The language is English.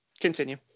continue